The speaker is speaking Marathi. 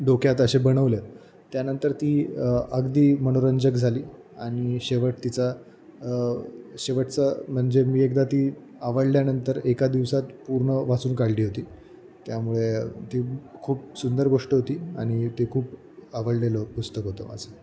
डोक्यात असे बनवलं त्यानंतर ती अगदी मनोरंजक झाली आणि शेवट तिचा शेवटचं म्हणजे मी एकदा ती आवडल्यानंतर एका दिवसात पूर्ण वाचून काढली होती त्यामुळे ती खूप सुंदर गोष्ट होती आणि ते खूप आवडलेलं पुस्तक होतं वाचलं